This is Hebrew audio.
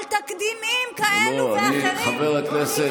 זכרתם את זה בשנה האחרונה?